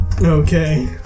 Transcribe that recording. Okay